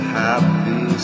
happy